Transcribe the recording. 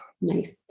Nice